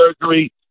surgery